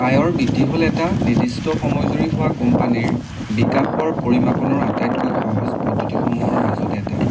আয়ৰ বৃদ্ধি হ'ল এটা নিৰ্দিষ্ট সময়জুৰি হোৱা কোম্পানীৰ বিকাশৰ পৰিমাপণৰ আটাইতকৈ সহজ পদ্ধতিসমূহৰ মাজত এটা